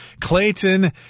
Clayton